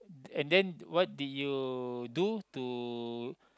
and then what did you do to